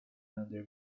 under